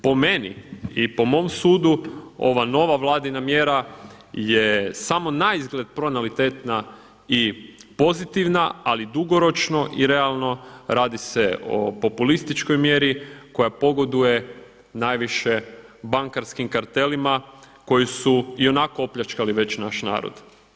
Po meni i po mom sudu ova nova vladina mjera je samo naizgled pronatalitetna i pozitivna, ali dugoročno i realno radi se o populističkoj mjeri koja pogoduje najviše bankarskim kartelima koji su i onako opljačkali već naš narod.